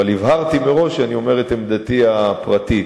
והבהרתי מראש שאני אומר את עמדתי הפרטית,